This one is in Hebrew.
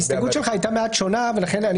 ההסתייגות שלך הייתה מעט שונה ולכן אני